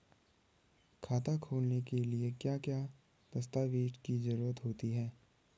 खाता खोलने के लिए क्या क्या दस्तावेज़ की जरूरत है?